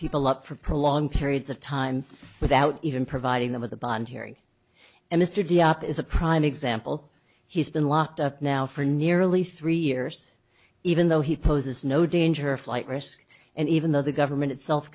people up for prolonged periods of time without even providing them with a bond hearing and mr de op is a prime example he's been locked up now for nearly three years even though he poses no danger of flight risk and even though the government itself